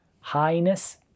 highness